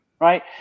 right